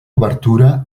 obertura